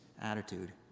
attitude